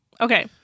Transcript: Okay